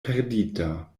perdita